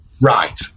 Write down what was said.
right